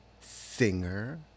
singer